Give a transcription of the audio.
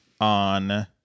on